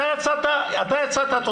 אתה יצאת תותח.